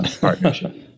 partnership